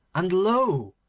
and lo!